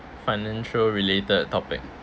financial related topic